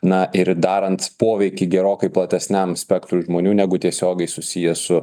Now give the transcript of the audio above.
na ir darant poveikį gerokai platesniam spektrui žmonių negu tiesiogiai susiję su